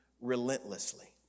relentlessly